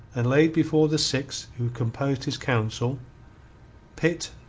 and laid before the six who composed his council pitt,